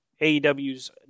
AEW's